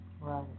Right